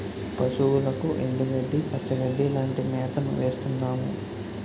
పశువులకు ఎండుగడ్డి, పచ్చిగడ్డీ లాంటి మేతను వేస్తున్నాము